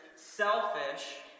selfish